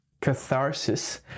catharsis